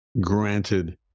Granted